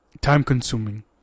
time-consuming